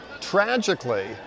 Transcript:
tragically